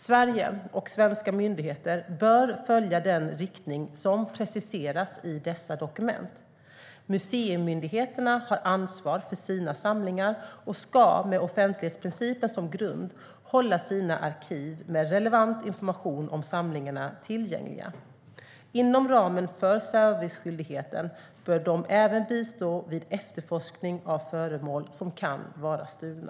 Sverige och svenska myndigheter bör följa den riktning som preciseras i dessa dokument. Museimyndigheterna har ansvar för sina samlingar och ska med offentlighetsprincipen som grund hålla sina arkiv med relevant information om samlingarna tillgängliga. Inom ramen för serviceskyldigheten bör de även bistå vid efterforskning av föremål som kan vara stulna.